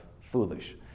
foolish